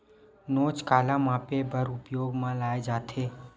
नोच काला मापे बर उपयोग म लाये जाथे?